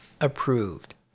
approved